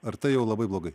ar tai jau labai blogai